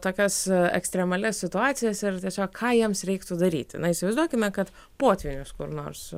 tokias ekstremalias situacijas ir tiesiog ką jiems reiktų daryti na įsivaizduokime kad potvynis kur nors